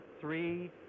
three